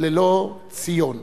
ללא ציון.